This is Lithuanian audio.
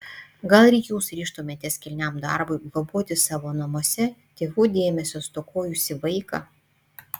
gal ir jūs ryžtumėtės kilniam darbui globoti savo namuose tėvų dėmesio stokojusį vaiką